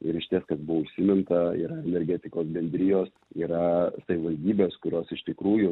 ir išties kad buo užsiminta yra energetikos bendrijos yra savivaldybės kurios iš tikrųjų